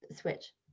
switch